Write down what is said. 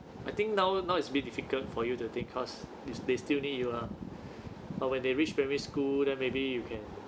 I think now now it's a bit difficult for you to take cause t~ they still need you lah but when they reach primary school then maybe you can